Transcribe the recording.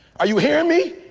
are you hearing me?